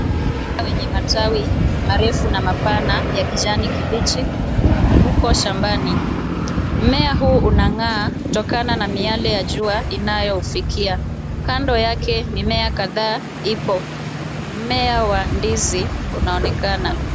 Mmea wenye matawi marefu na mapana ya kijani kibichi uko shambani. Mmea huu unang'aa kutokana na miale ya jua inayoufikia. Kando yake mimea kadhaa ipo. Mmea wa ndizi unaonekana.